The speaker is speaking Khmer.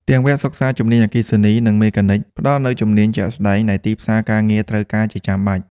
ទាំងវគ្គសិក្សាជំនាញអគ្គិសនី និងមេកានិក ផ្តល់នូវជំនាញជាក់ស្តែងដែលទីផ្សារការងារត្រូវការជាចាំបាច់។